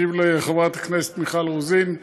אשיב לחברת הכנסת מיכל רוזין.